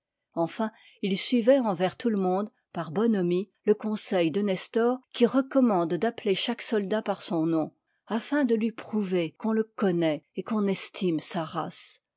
enfin il suivoit envers tout le monde par bonhomie le conseil de nestor qui recommande d'appeler chaque soldat par son nom afin de lui prouver qu'on le connoît et qu'on estime sa race